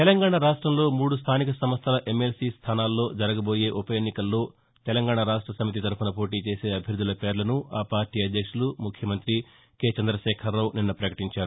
తెలంగాణ రాష్టంలో స్థానిక సంస్థల ఎమ్మెల్పీ స్థానాల్లో జరగబోయే ఉప ఎన్నికల్లో తెలంగాణ రాష్ట సమితి తరఫున పోటీ చేసే అభ్యర్థల పేర్లను ఆ పార్టీ అధ్యక్షుడు ముఖ్యమంతి చంద్రశేఖరరావు నిన్న పకటించారు